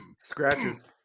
Scratches